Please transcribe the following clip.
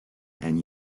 and